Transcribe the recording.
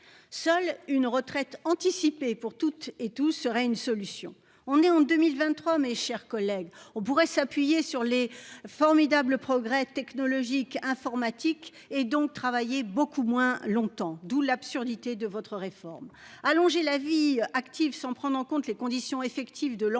Seule une retraite anticipée pour toutes et tous, serait une solution. On est en 2023, mes chers collègues, on pourrait s'appuyer sur les formidables progrès technologiques, informatiques et donc travailler beaucoup moins longtemps. D'où l'absurdité de votre réforme allonger la vie active, sans prendre en compte les conditions effectives de l'emploi